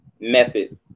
method